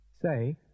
say